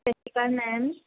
ਸਤਿ ਸ਼੍ਰੀ ਅਕਾਲ ਮੈਮ